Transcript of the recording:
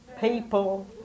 people